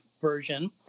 version